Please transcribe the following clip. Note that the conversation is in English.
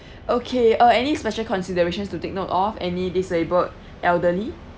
okay uh any special considerations to take note of any disabled elderly